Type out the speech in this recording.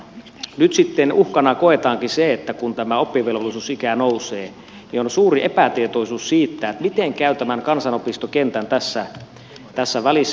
nyt sitten uhkana koetaankin se että kun tämä oppivelvollisuusikä nousee niin on suuri epätietoisuus siitä miten käy tämän kansanopistokentän tässä välissä